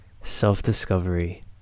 self-discovery